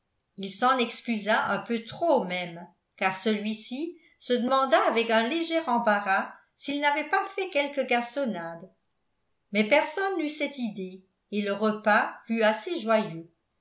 il s'en excusa un peu trop même car celui-ci se demanda avec un léger embarras s'il n'avait pas fait quelque gasconnade mais personne n'eut cette idée et le repas fut assez joyeux